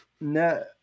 No